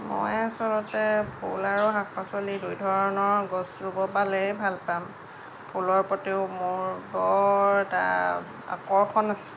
মই আচলতে ফুল আৰু শাক পাচলি দুয়োধৰণৰ গছ ৰুব পালেই ভাল পাম ফুলৰ প্ৰতিও মোৰ বৰ এটা আকৰ্ষণ আছে